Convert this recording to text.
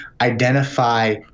identify